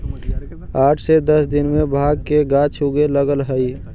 आठ से दस दिन में भाँग के गाछ उगे लगऽ हइ